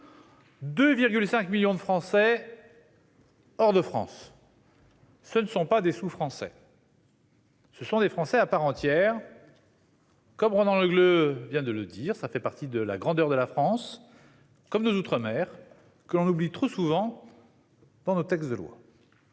2,5 millions de Français hors de France : ce ne sont pas des sous-Français, ce sont des Français à part entière. Comme Ronan Le Gleut vient de le souligner, ils participent à la grandeur de la France, comme nos outre-mer, que nous oublions trop souvent dans nos textes.